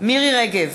מירי רגב,